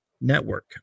Network